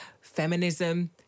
feminism